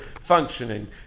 functioning